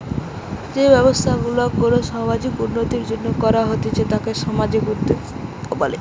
যেই ব্যবসা গুলা কোনো সামাজিক উন্নতির জন্য করা হতিছে তাকে সামাজিক উদ্যোক্তা বলে